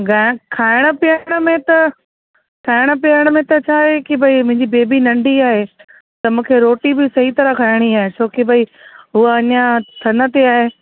ग खाइण पीअण में त खाइण पीअण में त छा आहे की भई मुंहिंजी बेबी नंढी आहे त मूंखे रोटी बि सही तरह खाइणी आहे छो की भई हूअ अञा थञ ते आहे